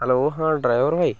hello ହଁ driver ଭାଇ